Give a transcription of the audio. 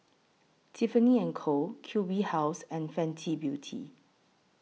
Tiffany and Co Q B House and Fenty Beauty